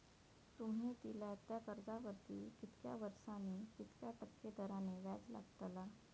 तुमि दिल्यात त्या कर्जावरती कितक्या वर्सानी कितक्या टक्के दराने व्याज लागतला?